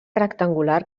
rectangular